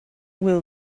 will